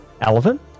Elephant